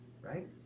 right